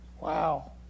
Wow